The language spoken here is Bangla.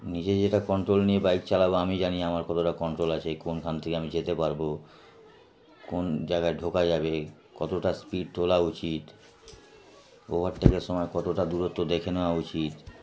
নিজে যেটা কন্ট্রোল নিয়ে বাইক চালাবো আমি জানি আমার কতটা কন্ট্রোল আছে কোনখান থেকে আমি যেতে পারবো কোন জায়গায় ঢোকা যাবে কতটা স্পিড তোলা উচিত ওভারটেকের সময় কতটা দূরত্ব দেখে নেওয়া উচিত